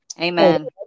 Amen